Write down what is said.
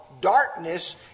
darkness